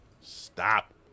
Stop